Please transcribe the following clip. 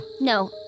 No